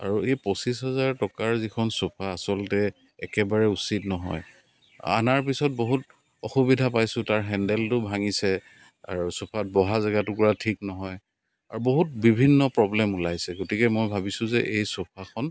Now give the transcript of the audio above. আৰু এই পঁচিছ হাজাৰ টকাৰ যিখন চোফা আচলতে একেবাৰে উচিত নহয় অনাৰ পাছত বহুত অসুবিধা পাইছোঁ তাৰ হেণ্ডেলটো ভাঙিছে আৰু চোফাত বহা জেগাটুকুৰা ঠিক নহয় আৰু বহুত বিভিন্ন প্ৰব্লেম ওলাইছে গতিকে মই ভাবিছোঁ যে এই চোফাখন